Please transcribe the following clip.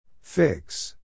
Fix